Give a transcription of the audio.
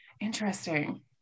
Interesting